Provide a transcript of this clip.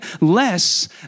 less